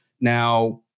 Now